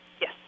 Yes